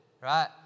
right